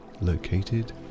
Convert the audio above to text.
located